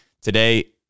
Today